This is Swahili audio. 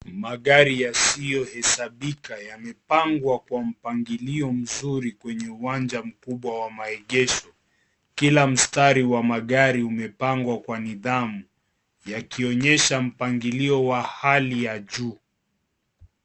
Magari yasiyohesabika yamepangwa kwa mpangilio mzuri kwenye uwanja mkubwa wa maegesho. Kila mstari wa magari umepangwa kwa nidhamu yakionyesha mpangilio wa hali ya juu.